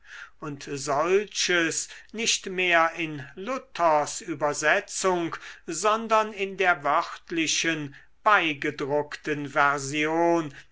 und solches nicht mehr in luthers übersetzung sondern in der wörtlichen beigedruckten version